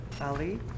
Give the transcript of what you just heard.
Ali